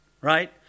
right